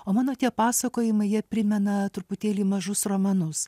o mano tie pasakojimai jie primena truputėlį mažus romanus